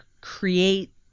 create